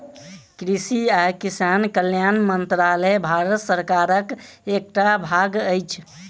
कृषि आ किसान कल्याण मंत्रालय भारत सरकारक एकटा भाग अछि